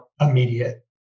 immediate